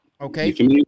Okay